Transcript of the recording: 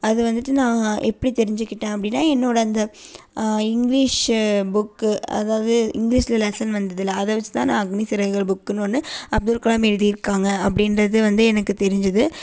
அது வந்துட்டு நான் எப்படி தெரிஞ்சுக்கிட்டேன் அப்படின்னா என்னோடய அந்த இங்லீஷ்ஷு புக்கு அதாவது இங்லீஷில் லெசன் வந்ததுல்ல அதை வச்சுதான் நான் அக்னி சிறகுகள் புக்குன்னு ஒன்று அப்துல்கலாம் எழுதி இருக்காங்க அப்படின்றதே வந்து எனக்கு தெரிஞ்சுது